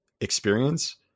experience